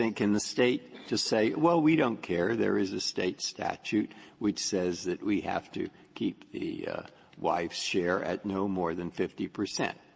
and can the state just say, well, we don't care. there is a state statute which says that we have to keep the wife's share at no more than fifty percent.